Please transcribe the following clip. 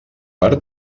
per